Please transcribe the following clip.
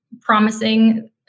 promising